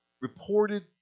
reported